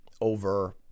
over